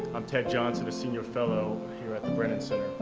i'm ted johnson, a senior fellow here at the brennan center.